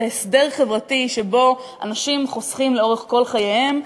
זה הסדר חברתי שבו אנשים חוסכים לאורך כל חייהם,